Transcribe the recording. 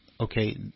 okay